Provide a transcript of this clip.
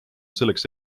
selleks